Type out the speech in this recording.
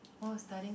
orh studying